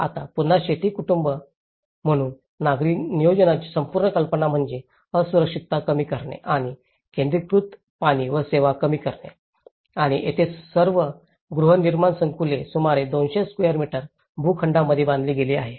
आता पुन्हा शेती कुटुंब म्हणून नागरी नियोजनाची संपूर्ण कल्पना म्हणजे असुरक्षितता कमी करणे आणि केंद्रीकृत पाणी व सेवा कमी करणे आणि येथेच सर्व गृहनिर्माण संकुले सुमारे 200 स्वेअर मीटर भूखंडांमध्ये बांधली गेली आहेत